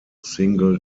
single